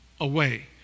away